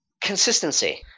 Consistency